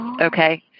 Okay